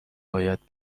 باید